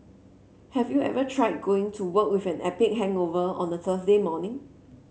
have you ever tried going to work with an epic hangover on a Thursday morning